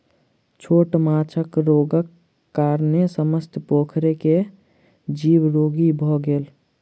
छोट माँछक रोगक कारणेँ समस्त पोखैर के जीव रोगी भअ गेल